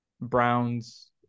Browns